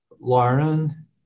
Lauren